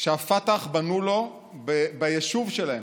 פת"ח בנו לו ביישוב שלהם.